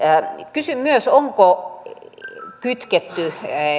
kysyn myös onko kytketty